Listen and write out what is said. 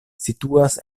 situas